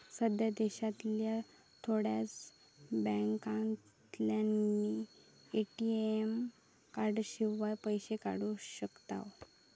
सध्या देशांतल्या थोड्याच बॅन्कांतल्यानी ए.टी.एम कार्डशिवाय पैशे काढू शकताव